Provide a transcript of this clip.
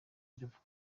biravugwa